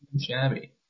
shabby